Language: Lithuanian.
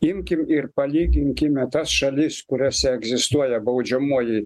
imkim ir palyginkime tas šalis kuriose egzistuoja baudžiamoji